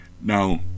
Now